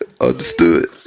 Understood